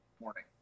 morning